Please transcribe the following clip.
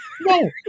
No